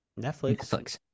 Netflix